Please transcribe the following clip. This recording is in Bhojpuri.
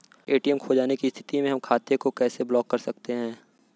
ए.टी.एम खो जाने की स्थिति में हम खाते को कैसे ब्लॉक कर सकते हैं?